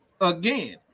again